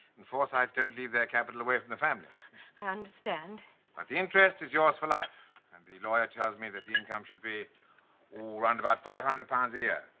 and forsytes don't leave their capital away from the family i understand but the interest is yours for life and the lawyer tells me that the income should be round about five hundred pounds a year.